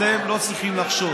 אתם לא צריכים לחשוש,